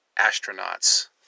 astronauts